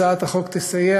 הצעת החוק תסייע,